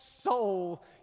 soul